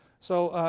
so